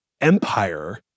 empire